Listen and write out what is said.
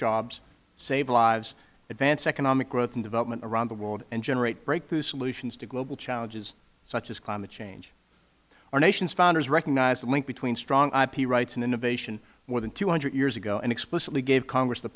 jobs save lives advance economic growth and development around the world and generate breakthrough solutions to global challenges such as climate change our nation's founders recognized the link between strong ip rights and innovation more than two hundred years ago and explicitly gave congress the